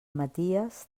maties